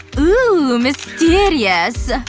oooh! mysterious!